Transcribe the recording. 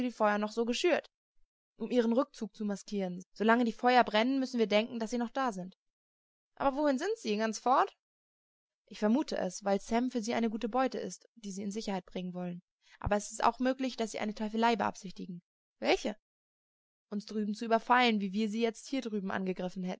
feuer noch so geschürt um ihren rückzug zu maskieren so lange die feuer brennen müssen wir denken daß sie noch da sind aber wohin sind sie ganz fort ich vermute es weil sam für sie eine gute beute ist die sie in sicherheit bringen wollen aber es ist auch möglich daß sie eine teufelei beabsichtigen welche uns drüben zu überfallen wie wir sie jetzt hier hüben angegriffen